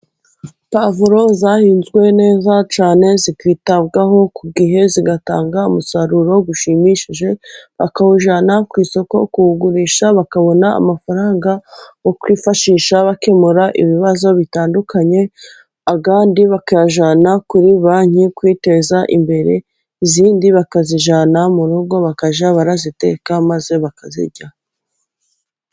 Puwavuro zahinzwe neza cyane zikitabwaho ku gihe, zigatanga umusaruro ushimishije, bakawujyana ku isoko kuwugurisha bakabona amafaranga, yo kwifashisha bakemura ibibazo bitandukanye, ayandi bakayajyana kuri banki kwiteza imbere, izindi bakazijyana mu rugo bakajya baziteka maze bakazirya.